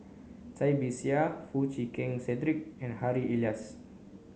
Cai Bixia Foo Chee Keng Cedric and Harry Elias